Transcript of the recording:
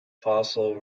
fossil